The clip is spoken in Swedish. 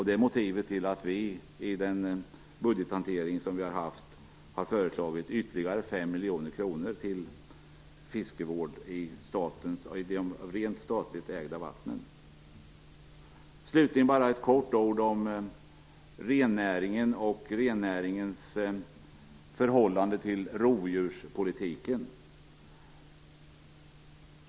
Det är motivet till att vi i den budgethantering vi har haft har föreslagit ytterligare 5 miljoner kronor till fiskevård i de rent statligt ägda vattnen. Slutligen något kort om rennäringen och rennäringens förhållande till rovdjurspolitiken.